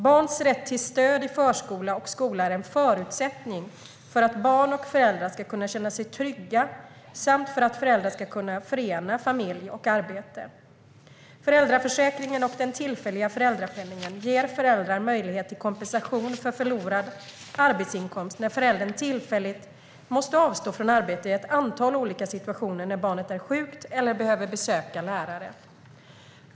Barns rätt till stöd i förskola och skola är en förutsättning för att barn och föräldrar ska kunna känna sig trygga samt för att föräldrar ska kunna förena familj och arbete. Föräldraförsäkringen och den tillfälliga föräldrapenningen ger föräldrar möjlighet till kompensation för förlorad arbetsinkomst när föräldern tillfälligt måste avstå från arbete i ett antal olika situationer när barnet är sjukt eller behöver besöka läkare.